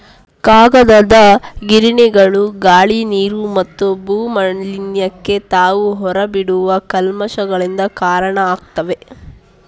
ಕಾಗದದ ಗಿರಣಿಗಳು ಗಾಳಿ, ನೀರು ಮತ್ತು ಭೂ ಮಾಲಿನ್ಯಕ್ಕೆ ತಾವು ಹೊರ ಬಿಡುವ ಕಲ್ಮಶಗಳಿಂದ ಕಾರಣ ಆಗ್ತವೆ